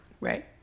Right